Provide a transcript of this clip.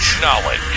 Knowledge